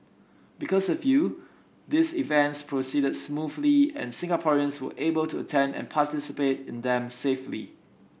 because of you these events proceeded smoothly and Singaporeans were able to attend and participate in them safely